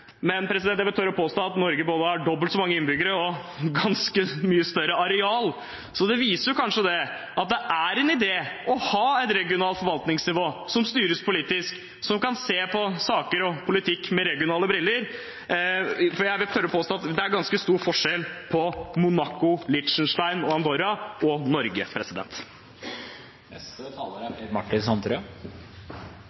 men Norge har både dobbelt så mange innbyggere og ganske mye større areal. Det viser kanskje at det er en idé å ha et regionalt forvaltningsnivå som styres politisk, som kan se på saker og politikk med regionale briller, for jeg vil tørre å påstå at det er ganske stor forskjell på Monaco, Liechtenstein og Andorra og Norge. Nå har jeg lyst til å dele min favorittformulering i regjeringsplattformen – den formuleringen jeg synes er